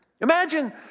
imagine